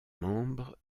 membre